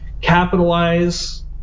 capitalize